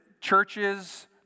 churches